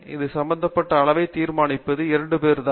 இது சம்பந்தப்பட்ட அளவை தீர்மானிப்பது இரண்டு பேர்தான்